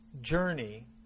journey